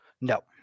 No